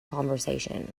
conversation